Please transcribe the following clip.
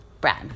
Brad